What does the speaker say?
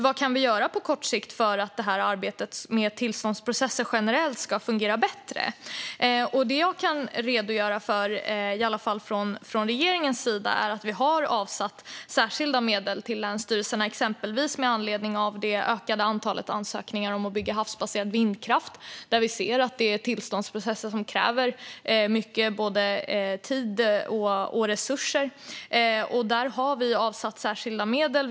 Vad kan vi göra på kort sikt för att arbetet med tillståndsprocesser generellt ska fungera bättre? Det jag kan redogöra för från regeringens sida är att vi har avsatt särskilda medel till länsstyrelserna, exempelvis med anledning av det ökade antalet ansökningar om att bygga havsbaserad vindkraft som vi ser är tillståndsprocesser som kräver mycket tid och resurser. Där har vi avsatt särskilda medel.